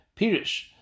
Pirish